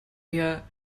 eher